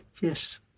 Yes